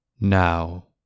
Now